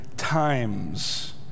times